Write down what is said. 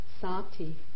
Sati